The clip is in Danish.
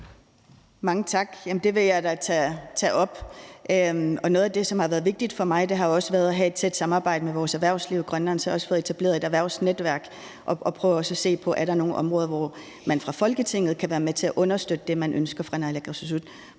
Mange tak. Det vil jeg da tage op. Noget af det, som har været vigtigt for mig, har også været at have et tæt samarbejde med vores erhvervsliv i Grønland, så jeg har også fået etableret et erhvervsnetværk og prøver også at se på, om der er nogle områder, hvor man fra Folketinget kan være med til at understøtte det, man ønsker fra naalakkersuisut